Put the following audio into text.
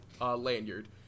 lanyard